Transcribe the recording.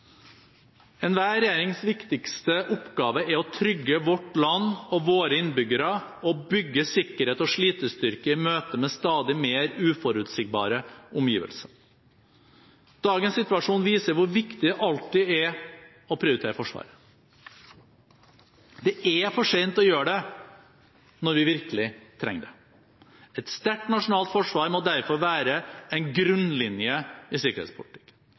Enhver regjerings viktigste oppgave er å trygge vårt land og våre innbyggere – å bygge sikkerhet og slitestyrke i møte med stadig mer uforutsigbare omgivelser. Dagens situasjon viser hvor viktig det alltid er å prioritere forsvaret. Det er for sent å gjøre dette når vi virkelig trenger det. Et sterkt nasjonalt forsvar må derfor være en grunnlinje i sikkerhetspolitikken.